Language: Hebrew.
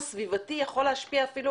אז השאיפות האלה הן שאיפות כתובות,